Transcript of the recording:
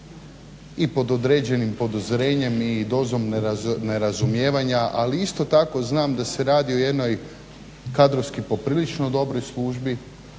i pod određenim upozorenjem i dozom nerazumijevanja, ali isto tako znam da se radi o jednoj kadrovski poprilično dobroj službi